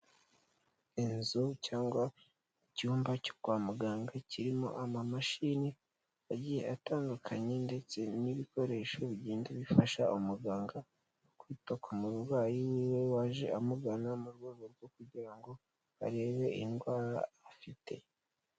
Inzu cyangwa icyumba cyo kwa muganga kirimo amamashini agiye atandukanye ndetse n'ibikoresho bigenda bifasha umuganga kwita ku murwayi wiwe waje amugana mu rwego rwo kugira ngo arebe indwara afite.